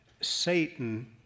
Satan